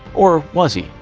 or was he?